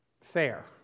fair